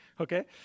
Okay